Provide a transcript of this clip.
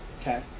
Okay